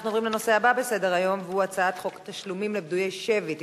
אנחנו נעבור לתוצאות ההצבעה: בעד, 10,